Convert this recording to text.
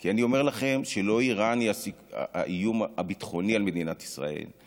כי אני אומר לכם שלא איראן היא האיום הביטחוני על מדינת ישראל,